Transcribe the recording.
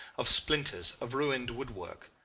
of splinters, of ruined woodwork.